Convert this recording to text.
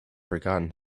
forgotten